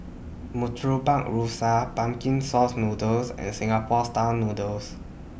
Murtabak Rusa Pumpkin Sauce Noodles and Singapore Style Noodles